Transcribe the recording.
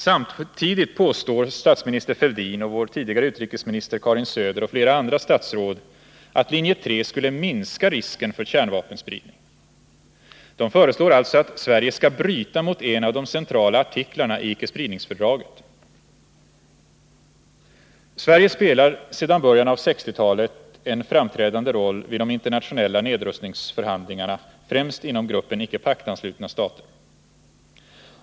Samtidigt påstår statsminister Fälldin, vår tidigare utrikesminister Karin Söder och flera andra statsråd att linje 3 skulle minska risken för kärnvapenspridning. De föreslår alltså att Sverige skall bryta mot en av de centrala artiklarna i icke-spridningsfördraget. Sverige spelar sedan början av 1960-talet en framträdande roll vid de internationella nedrustningsförhandlingarna, främst inom gruppen icke paktanslutna stater.